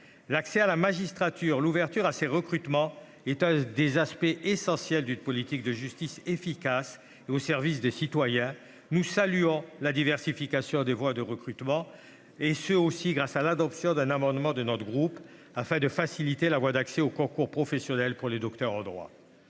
l'accès à la magistrature est l'un des aspects essentiels d'une politique de justice efficace et au service des citoyens. Nous saluons la diversification des voies de recrutement, grâce notamment à l'adoption d'un amendement de notre groupe qui facilite l'accès au concours professionnel pour les docteurs en droit.